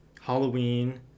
halloween